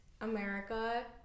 America